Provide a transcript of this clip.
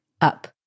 up